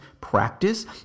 practice